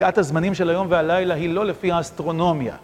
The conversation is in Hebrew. את הזמנים של היום והלילה היא לא לפי האסטרונומיה.